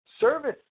Service